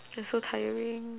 I'm so tiring